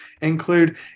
include